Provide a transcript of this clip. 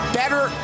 better